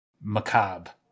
Macabre